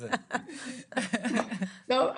סליחה,